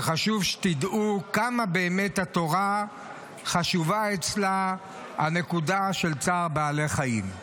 וחשוב שתדעו כמה באמת לתורה חשובה הנקודה של צער בעלי החיים.